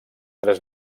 tres